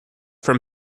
from